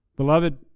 Beloved